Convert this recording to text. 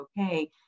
okay